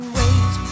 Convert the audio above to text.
wait